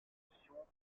fonctions